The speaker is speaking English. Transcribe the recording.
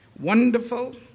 Wonderful